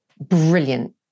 brilliant